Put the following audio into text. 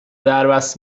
دربست